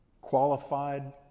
qualified